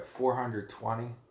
420